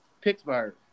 Pittsburgh